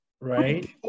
right